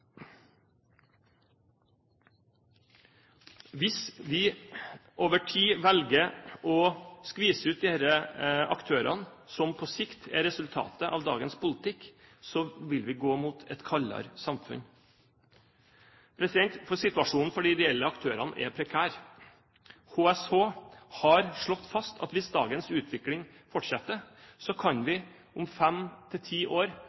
Hvis vi over tid velger å skvise ut disse aktørene, som på sikt er resultatet av dagens politikk, vil vi gå mot et kaldere samfunn. Situasjonen for de ideelle organisasjonene er prekær. HSH har slått fast at hvis dagens utvikling fortsetter, kan vi om fem til ti år